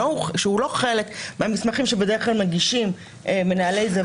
לא חלק מהמסמכים שבדרך כלל מגישים מנהלי עיזבון